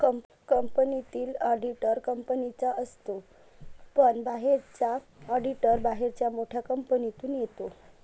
कंपनीतील ऑडिटर कंपनीचाच असतो पण बाहेरचा ऑडिटर बाहेरच्या मोठ्या कंपनीतून येतो